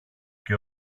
και